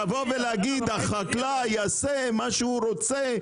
לבוא ולהגיד החקלאי יעשה מה שהוא רוצה,